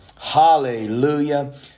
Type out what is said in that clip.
Hallelujah